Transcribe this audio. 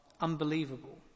unbelievable